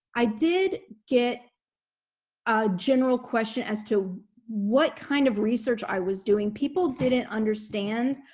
i did get a general question as to what kind of research i was doing. people didn't understand